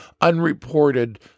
unreported